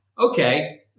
Okay